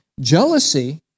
Jealousy